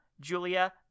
Julia